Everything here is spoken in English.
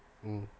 mm